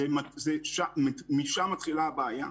אלא משם מתחילה הבעיה.